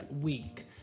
week